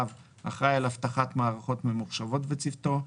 אחראי על אבטחת מערכות ממוחשבות וצוותו,